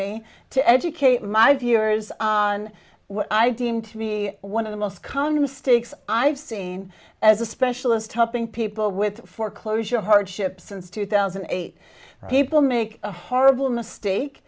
me to educate my viewers on what i deem to be one of the most common mistakes i've seen as a specialist helping people with foreclosure hardship since two thousand and eight people make a horrible mistake